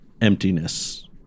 emptiness